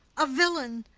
a villain,